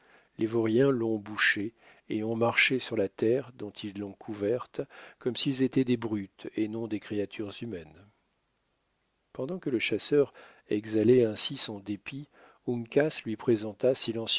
les vauriens l'ont bouchée et ont marché sur la terre dont ils l'ont couverte comme s'ils étaient des brutes et non des créatures humaines pendant que le chasseur exhalait ainsi son dépit uncas lui présenta